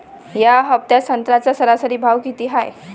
या हफ्त्यात संत्र्याचा सरासरी भाव किती हाये?